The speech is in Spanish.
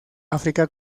áfrica